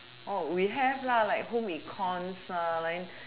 oh we have lah like home econs lah like